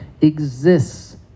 exists